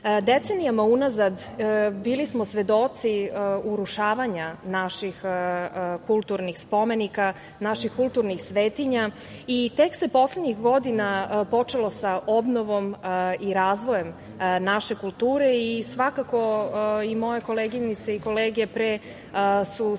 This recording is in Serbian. Decenijama unazad bili smo svedoci urušavanja naših kulturnih spomenika, naših kulturnih svetinja i tek se poslednjih godina počelo sa obnovom i razvojem naše kulture i svakako i moje koleginice i kolege pre su pohvalile